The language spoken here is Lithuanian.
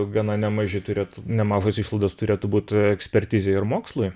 gana nemaži turėtų nemažos išlaidos turėtų būt ekspertizei ir mokslui